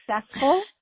successful